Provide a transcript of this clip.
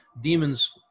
demons